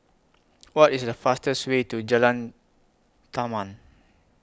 What IS The fastest Way to Jalan Taman